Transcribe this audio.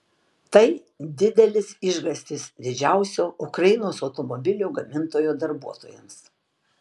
tai didelis išgąstis didžiausio ukrainos automobilių gamintojo darbuotojams